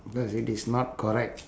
because it is not correct